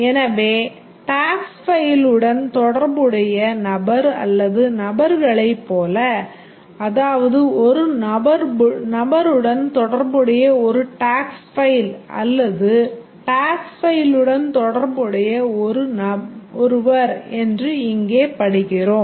எனவே tax file உடன் தொடர்புடைய நபர் அல்லது நபர்களைப் போல அதாவது ஒரு நபருடன் தொடர்புடைய ஒரு tax file அல்லது tax file உடன் தொடர்புடைய ஒருவர் என்று இங்கே படிக்கிறோம்